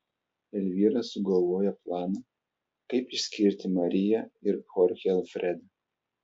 elvyra sugalvoja planą kaip išskirti mariją ir chorchę alfredą